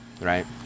right